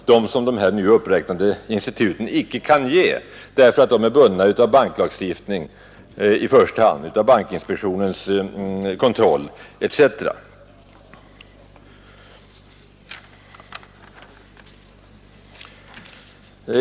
Sådana krediter har de här nu uppräknade instituten inte kunnat ge, eftersom de är bundna av banklagstiftning, av bankinspektionens kontroll etc.